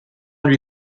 lui